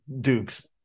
Duke's